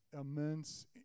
immense